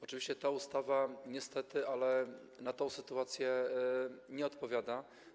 Oczywiście ta ustawa niestety na tę sytuację nie odpowiada.